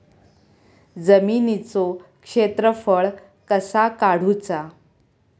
जमिनीचो क्षेत्रफळ कसा काढुचा?